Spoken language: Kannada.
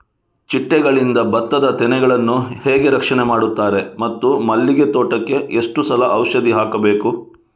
ಚಿಟ್ಟೆಗಳಿಂದ ಭತ್ತದ ತೆನೆಗಳನ್ನು ಹೇಗೆ ರಕ್ಷಣೆ ಮಾಡುತ್ತಾರೆ ಮತ್ತು ಮಲ್ಲಿಗೆ ತೋಟಕ್ಕೆ ಎಷ್ಟು ಸಲ ಔಷಧಿ ಹಾಕಬೇಕು?